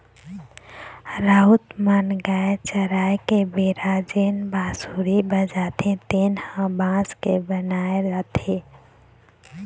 राउत मन गाय चराय के बेरा जेन बांसुरी बजाथे तेन ह बांस के बनाए जाथे